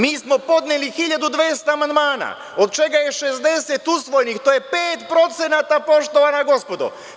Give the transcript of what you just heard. Mi smo podneli 1200 amandmana, od čega je 60 usvojenih, a to je 5%, poštovana gospodo.